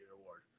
award